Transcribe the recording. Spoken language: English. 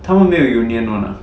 他们没有 union [one] ah